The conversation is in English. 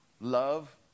Love